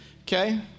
Okay